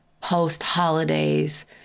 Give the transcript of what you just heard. post-holidays